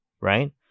Right